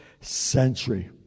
century